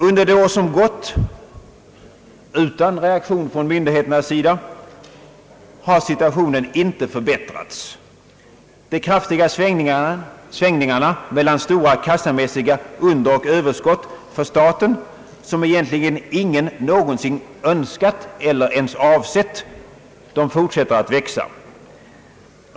Under det år som gått, utan reaktion från myndigheternas sida, har situationen inte förbättrats. De kraftiga svängningarna mellan stora kassamässiga underoch överskott för staten, som egentligen ingen någonsin önskat eller ens avsett, fortsätter att växa.